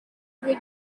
due